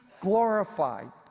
glorified